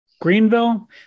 Greenville